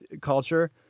culture